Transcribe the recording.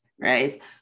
Right